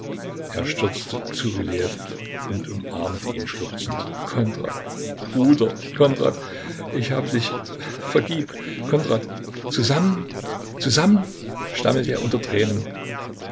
er stürzte zu rylejew und umarmte ihn schluchzend kondrat bruder kondrat ich habe dich vergib kondrat zusammen zusammen stammelte er unter tränen